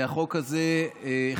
והחוק הזה חשוב,